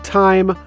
time